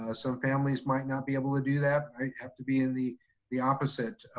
ah some families might not be able to do that. might have to be in the the opposite